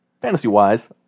Fantasy-wise